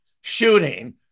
shooting